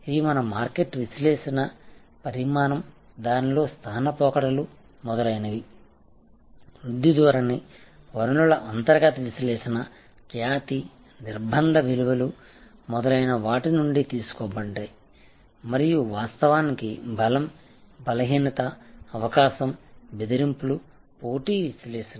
ఇవి మన మార్కెట్ విశ్లేషణ పరిమాణం దానిలోని స్థాన పోకడలు మొదలైనవి వృద్ధి ధోరణి వనరుల అంతర్గత విశ్లేషణ ఖ్యాతి నిర్బంధ విలువలు మొదలైన వాటి నుండి తీసుకోబడ్డాయి మరియు వాస్తవానికి బలం బలహీనత అవకాశం బెదిరింపులు పోటీ విశ్లేషణ